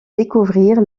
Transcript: découvrir